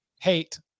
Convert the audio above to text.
Hate